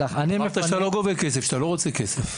אמרת שאתה לא גובה כסף, שאתה לא רוצה כסף.